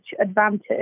advantage